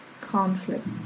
conflict